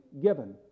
given